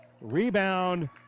Rebound